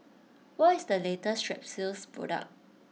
what is the latest Strepsils product